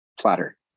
platter